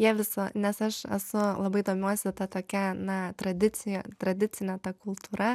jie viso nes aš esu labai domiuosi ta tokia na tradicija tradicine ta kultūra